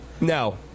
No